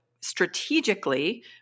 strategically